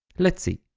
let's see.